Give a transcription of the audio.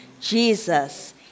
Jesus